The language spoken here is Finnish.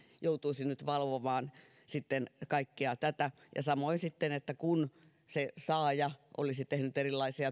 joutuisi nyt sitten valvomaan kaikkea tätä samoin sitten kun se saaja olisi tehnyt erilaisia